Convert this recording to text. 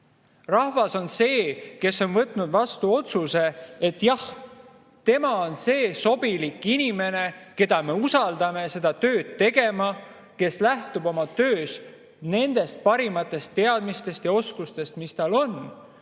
Rahvas on see, kes on võtnud vastu otsuse, et jah, tema on sobilik inimene, keda me usaldame seda tööd tegema, kes lähtub oma töös nendest parimatest teadmistest ja oskustest, mis tal on,